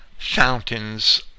fountains